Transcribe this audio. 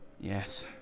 yes